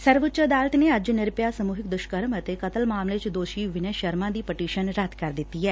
ਸਰਵਉੱਚ ਅਦਾਲਤ ਨੇ ਅੱਜ ਨਿਰਭੈਆ ਸਮੁਹਿਕ ਦੁਸ਼ਕਰਮ ਅਤੇ ਕਤਲ ਮਾਮਲੇ ਚ ਦੋਸ਼ੀ ਵਿਜੈ ਸ਼ਰਮਾ ਦੀ ਪਟੀਸ਼ਨ ਰੱਦ ਕਰ ਦਿੱਤੀ ਐ